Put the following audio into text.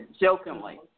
jokingly